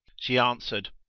she answered,